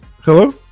hello